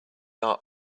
art